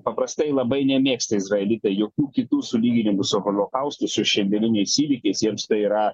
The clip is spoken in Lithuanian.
paprastai labai nemėgsta izraelitai jokių kitų sulyginimų su holokaustu su šiandieniniais įvykiais jiems tai yra